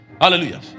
hallelujah